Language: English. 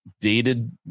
dated